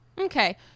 Okay